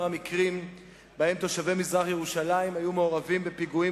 המקרים שבהם תושבי מזרח-ירושלים היו מעורבים בפיגועים